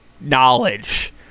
knowledge